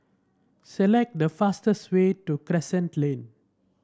select the fastest way to Crescent Lane